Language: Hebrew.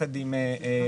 ביחד עם התעשייה